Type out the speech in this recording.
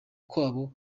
kwabo